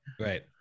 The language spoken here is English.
right